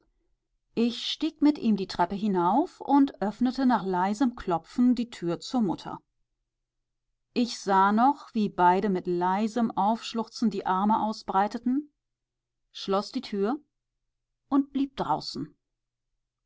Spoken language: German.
ich stieg mit ihm die treppe hinauf und öffnete nach leisem klopfen die tür zur mutter ich sah noch wie beide mit leisem aufschluchzen die arme ausbreiteten schloß die tür und blieb